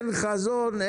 אין חזון,